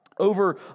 Over